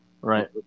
Right